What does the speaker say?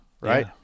right